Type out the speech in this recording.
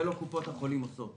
את זה לא קופות החולים עושות.